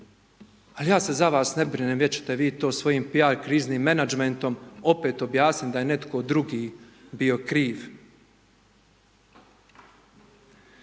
al ja se za vas ne brinem, već ćete vi to svojim piar kriznim menadžmentom opet objasniti da je netko drugi bio kriv.